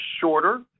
shorter